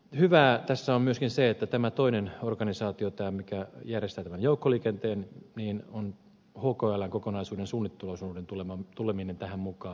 hyvää tässä on myöskin se että tämä toinen organisaatio joka järjestää tämän joukkoliikenteen syntyy hkln kokonaisuuden suunnitteluosuuden tulemisesta tähän mukaan